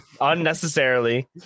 unnecessarily